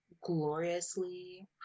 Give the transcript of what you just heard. gloriously